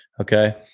Okay